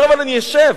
אומר לו: אני אשב.